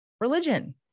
Religion